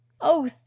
Oh